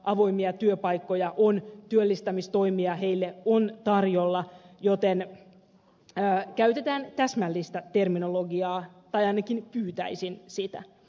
avoimia työpaikkoja on työllistämistoimia heille on tarjolla joten käytetään täsmällistä terminologiaa tai ainakin pyytäisin sitä